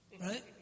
right